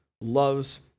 loves